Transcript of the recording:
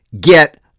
get